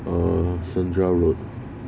err senja road